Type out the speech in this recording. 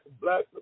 black